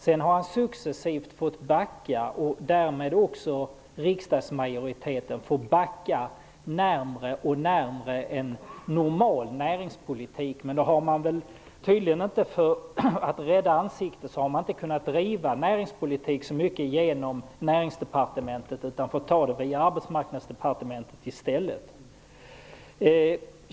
Sedan har han, och därmed också riksdagsmajoriteten, successivt fått backa närmare en normal näringspolitik. Men för att rädda ansikten har regeringen inte kunnat driva en så omfattande näringspolitik genom Näringsdepartementet, utan den har bedrivit politiken via Arbetsmarknadsdepartementet i stället.